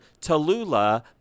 Tallulah